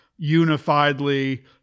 unifiedly